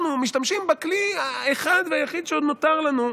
אנחנו משתמשים בכלי האחד והיחיד שעוד נותר לנו,